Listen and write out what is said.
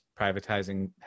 privatizing